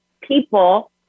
people